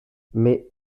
mais